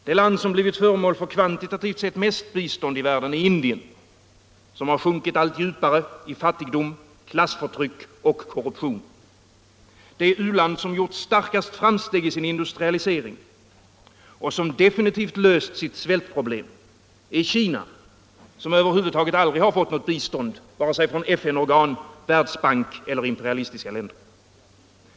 Det land som har blivit föremål för kvantitativt sett mest bistånd i världen är Indien, som har sjunkit allt djupare i fattigdom, klassförtryck och korruption. Det u-land som starkast gjort framsteg i sin industrialisering och som definitivt har löst sitt svältproblem är Kina, som över huvud taget aldrig har fått något bistånd vare sig från något FN-organ, från Världsbanken eller från imperialistiska länder.